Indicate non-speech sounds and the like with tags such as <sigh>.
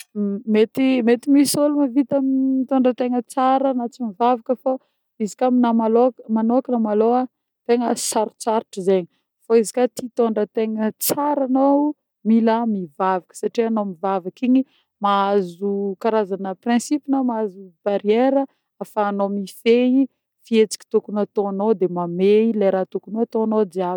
Mety mety misy ôlo mahavita <hesitation> mitôndra tegna tsara na tsy mivavaka fô izy koà aminah malôka manôkagna malôha tegna sarosarotry zegny fo izy koà tie hitondran-tegna tsara anô mila mivavaka satria anô mivavaka igny mahazo karazagna principe na mahazo barriére ahafahagnao mifehy fihetsiky tokony ho atônô de mamehy le raha tokony ho atônô jiaby.